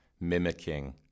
mimicking